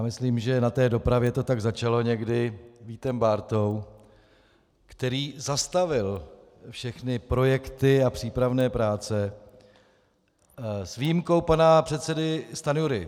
Myslím, že na té dopravě to tak začalo někdy Vítem Bártou, který zastavil všechny projekty a přípravné práce, s výjimkou pana předsedy Stanjury.